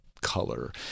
color